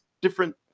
different